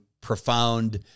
profound